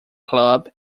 club